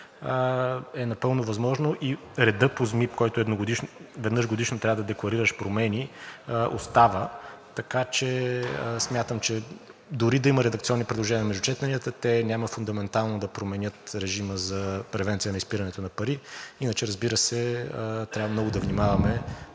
е напълно възможно и редът по ЗМИП, в който веднъж годишно трябва да декларираш промени, остава, така че смятам, че дори и да има редакционни предложения между четенията, те няма фундаментално да променят режима за превенция на изпирането на пари. Иначе, разбира се, трябва много да внимаваме